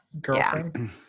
girlfriend